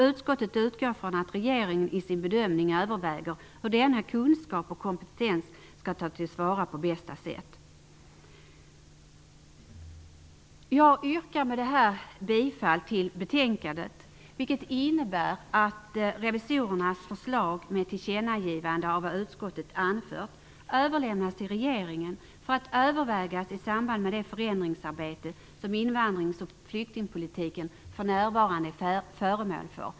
Utskottet utgår ifrån att regeringen i sin bedömning överväger hur denna kunskap och kompetens skall tas till vara på bästa sätt. Med det anförda yrkar jag bifall till hemställan i betänkandet, vilket innebär att revisorernas förslag om ett tillkännagivande av vad utskottet anfört överlämnas till regeringen för att övervägas i samband med det förändringsarbete som invandrings och flyktingpolitiken för närvarande är föremål för.